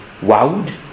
wowed